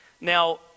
Now